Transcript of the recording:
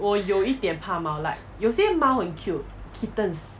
我有一点怕猫 like 有些猫很 cute kittens